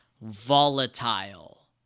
volatile